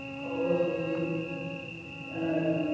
ਹੋਰ ਜਦੋਂ